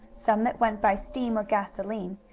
some that went by steam or gasoline,